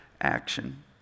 action